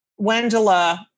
Wendela